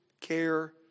care